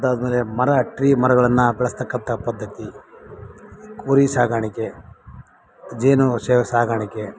ಅದಾದ ಮೇಲೆ ಮರ ಟ್ರೀ ಮರಗಳನ್ನು ಬೆಳೆಸ್ತಕ್ಕಂಥ ಪದ್ಧತಿ ಕುರಿಸಾಕಾಣಿಕೆ ಜೇನು ಸೇವ್ ಸಾಕಾಣಿಕೆ